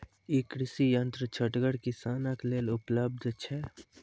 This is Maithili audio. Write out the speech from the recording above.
ई कृषि यंत्र छोटगर किसानक लेल उपलव्ध छै?